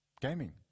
gaming